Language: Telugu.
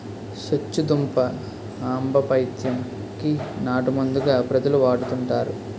సొచ్చుదుంప ఆంబపైత్యం కి నాటుమందుగా ప్రజలు వాడుతుంటారు